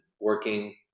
working